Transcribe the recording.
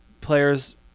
players